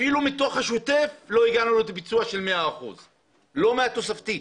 אפילו מתוך השוטף לא הגענו לביצוע של 100%. לא מהתוספתי.